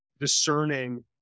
discerning